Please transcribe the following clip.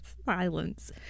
Violence